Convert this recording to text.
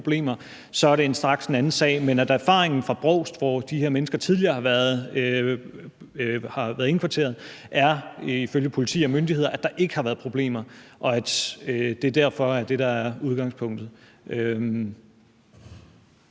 så er det straks en anden sag. Men erfaringen fra Brovst, hvor de her mennesker tidligere har været indkvarteret, er ifølge politi og myndigheder, at der ikke har været problemer, og at det derfor er det, der er udgangspunktet.